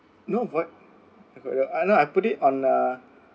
no but okay but I know I put it on a